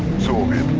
soviet